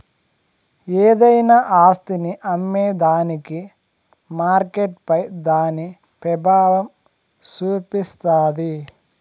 ఏదైనా ఆస్తిని అమ్మేదానికి మార్కెట్పై దాని పెబావం సూపిస్తాది